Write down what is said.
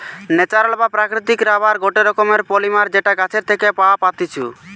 natural বা প্রাকৃতিক rubber গটে রকমের পলিমার যেটা গাছের থেকে পাওয়া পাত্তিছু